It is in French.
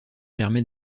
permet